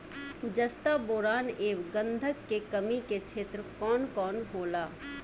जस्ता बोरान ऐब गंधक के कमी के क्षेत्र कौन कौनहोला?